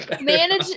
Manage